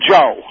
Joe